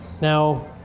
Now